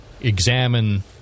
examine